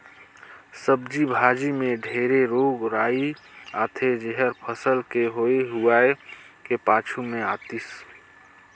सब्जी भाजी मे ढेरे रोग राई आथे जेहर फसल के होए हुवाए के पाछू मे आतिस